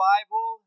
Bible